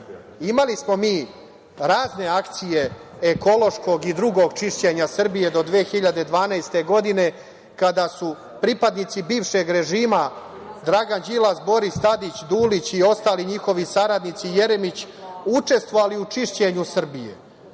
smo mi razne akcije ekološkog i drugog čišćenja Srbije do 2012. godine, kada su pripadnici bivšeg režima, Dragan Đilas, Boris Tadić, Dulić, Jeremić i ostali njihovi saradnici učestvovali u čišćenju Srbije,